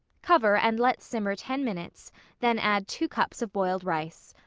cover and let simmer ten minutes then add two cups of boiled rice.